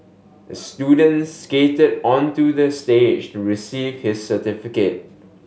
the student skated onto the stage to receive his certificate